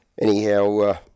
anyhow